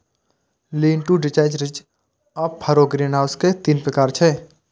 lean to detached, ridge आ furrow greenhouse के तीन प्रकार छियै